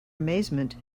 amazement